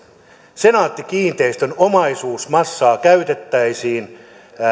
senaatti kiinteistöjen omaisuusmassaa käytettäisiin